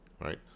right